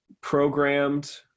programmed